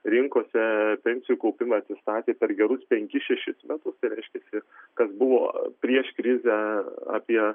rinkose pensijų kaupimas atsistatė per gerus penkis šešis metus tai reiškiasi kas buvo prieš krizę apie